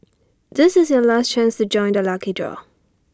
this is your last chance to join the lucky draw